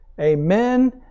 Amen